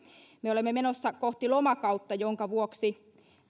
me olemme menossa kohti lomakautta minkä vuoksi